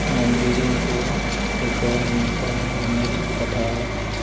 ମଞ୍ଜିରିଙ୍କୁ ଏକ ନିମନ୍ତ୍ରଣ ଇମେଲ ପଠାଅ